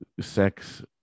sex